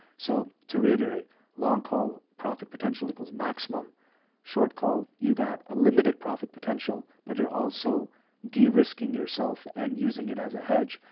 so to reiterate long call profit potential equals maximum short call. you got a limited profit potential, but you're also de-risking yourself and using it as a hedge,